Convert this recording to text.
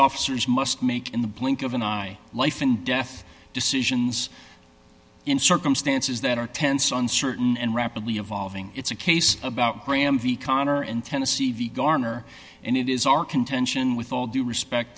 officers must make in the blink of an eye life and death decisions in circumstances that are tense uncertain and rapidly evolving it's a case about graham v connor in tennessee v garner and it is our contention with all due respect